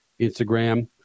Instagram